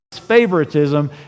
favoritism